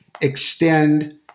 extend